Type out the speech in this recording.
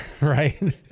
right